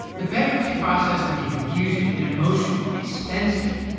the bankruptcy process can be confusing and emotional and expensive,